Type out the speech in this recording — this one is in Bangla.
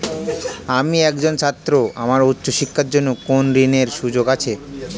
আমি একজন ছাত্র আমার উচ্চ শিক্ষার জন্য কোন ঋণের সুযোগ আছে?